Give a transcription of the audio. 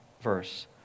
verse